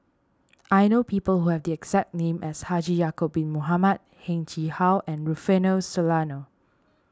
I know people who have the exact name as Haji Ya'Acob Bin Mohamed Heng Chee How and Rufino Soliano